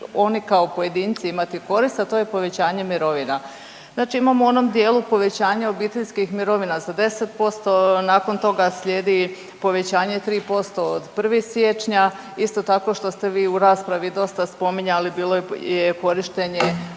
oni kao pojedinci imati koristi, a to je povećanje mirovina. Znači imamo u onom dijelu povećanje obiteljskih mirovina za 10%, nakon toga slijedi povećanje 3% od 1. siječnja, isto tako što ste vi u raspravi dosta spominjali bilo je korištenje